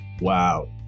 Wow